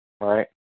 right